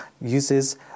uses